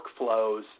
workflows